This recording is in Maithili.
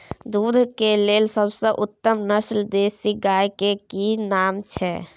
दूध के लेल सबसे उत्तम नस्ल देसी गाय के की नाम छै?